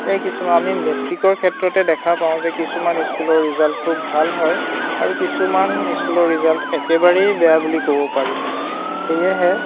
এই কিছুমান আমি মেট্ৰিকৰ ক্ষেত্ৰতে দেখা পাওঁ যে কিছুমান স্কুলৰ ৰিজাল্ট খুব ভাল হয় আৰু কিছুমান স্কুলৰ ৰিজাল্ট একেবাৰেই বেয়া বুলি ক'ব পাৰি সেয়েহে